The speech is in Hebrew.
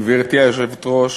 גברתי היושבת-ראש,